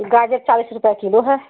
गाजर चालीस रुपया कीलो है